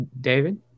David